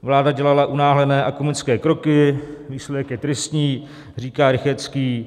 Vláda dělala unáhlené a komické kroky, výsledek je tristní, říká Rychetský.